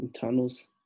tunnels